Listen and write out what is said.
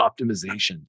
optimization